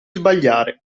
sbagliare